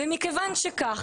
מכיוון שכך,